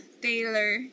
Taylor